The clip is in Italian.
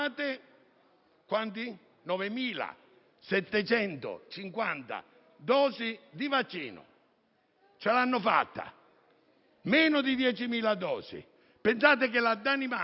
arrivate 9.750 dosi di vaccino. Ce l'hanno fatta! Sono meno di 10.000 dosi. Pensate che la Danimarca,